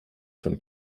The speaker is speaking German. von